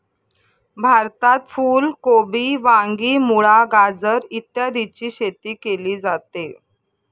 भारतात फुल कोबी, वांगी, मुळा, गाजर इत्यादीची शेती केली जाते